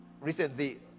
Recently